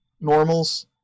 normals